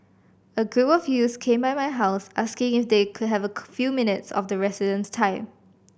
a group of youths came by my house asking if they could have a few minutes of the resident's time